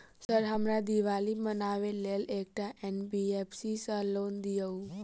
Sir हमरा दिवाली मनावे लेल एकटा एन.बी.एफ.सी सऽ लोन दिअउ?